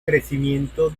crecimiento